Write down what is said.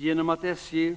Genom att SJ